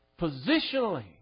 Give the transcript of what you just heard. positionally